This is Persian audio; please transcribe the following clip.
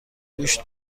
گوشت